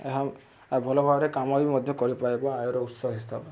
ଏହା ଭଲ ଭାବରେ କାମ ବି ମଧ୍ୟ କରିପାରିବ ଆୟର ଉତ୍ସ ହିସବ